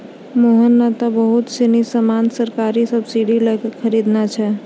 मोहन नं त बहुत सीनी सामान सरकारी सब्सीडी लै क खरीदनॉ छै